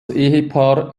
ehepaar